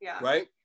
Right